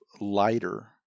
lighter